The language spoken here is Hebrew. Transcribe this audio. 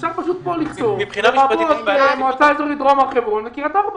-- אפשר פשוט לכתוב פה: מועצה אזורית דרום הר חברון וקריית ארבע.